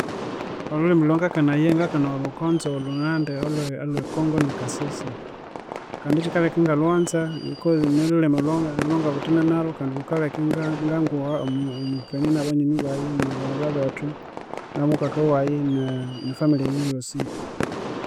Olhulhimi olwangakanaya ngakanaya olhukonzo olhunandi olwe olwecongo nekasese. Kandi ekyikaleka ingalwanza because nilhulhimi olwanga olwangabuthene nalhu kandi lhukaleka nga- nganguha omwikania nabanyonyi bayi nabaghalha bethu namukaka wayi ne- nefamilya yayi eyosi